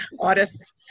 artists